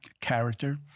character